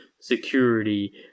security